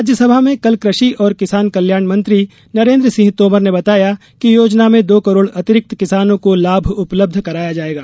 राज्यसभा में कल कृषि और किसान कल्याण मंत्री नरेन्द्र सिंह तोमर ने बताया कि योजना में दो करोड़ अतिरिक्त किसानों को लाभ उपलब्ध कराया जायेगा